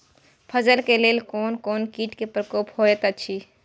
फसल के लेल कोन कोन किट के प्रकोप होयत अछि?